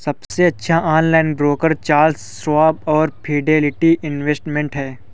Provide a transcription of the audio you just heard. सबसे अच्छे online broker Charles Schwab और फिडेलिटी इन्वेस्टमेंट हैं